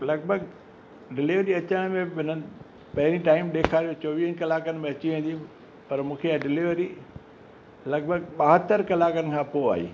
लॻभॻि डिलिवरी अचण में हिननि पहिरीं टाइम ॾेखारियो चोवीहनि कलाकनि में अची वेंदियूं पर मूंखे इहा डिलिवरी लॻभॻि ॿाहतरि कलाकनि खां पोइ आई